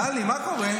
טלי, מה קורה?